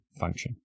function